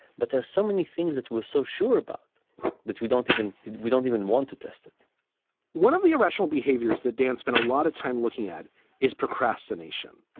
but there's so many things that were so sure about that we don't even we don't even want to test it one of the irrational behaviors that dan spent a lot of time looking at is procrastination